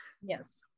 Yes